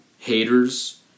Haters